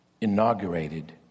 inaugurated